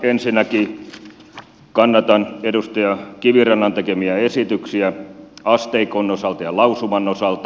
ensinnäkin kannatan edustaja kivirannan tekemiä esityksiä asteikon osalta ja lausuman osalta